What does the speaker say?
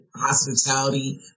hospitality